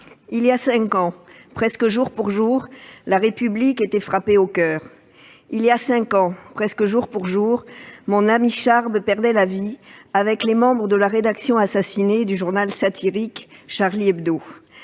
il y a cinq ans, presque jour pour jour, la République était frappée au coeur. Il y a cinq ans, presque jour pour jour, mon ami Charb perdait la vie avec les membres de la rédaction assassinée du journal satirique. Après les